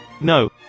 No